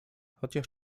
chociaż